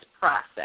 process